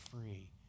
free